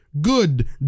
good